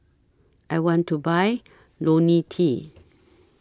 I want to Buy Lonil T